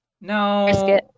No